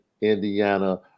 Indiana